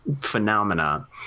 phenomena